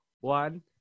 one